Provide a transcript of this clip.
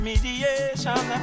Mediation